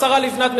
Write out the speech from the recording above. השרה לבנת,